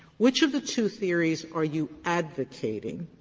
which of the two theories are you advocating?